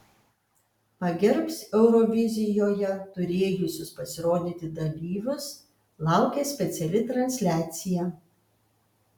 pagerbs eurovizijoje turėjusius pasirodyti dalyvius laukia speciali transliacija